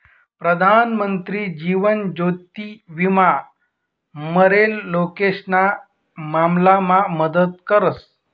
प्रधानमंत्री जीवन ज्योति विमा मरेल लोकेशना मामलामा मदत करस